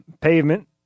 pavement